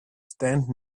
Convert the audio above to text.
stand